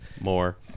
More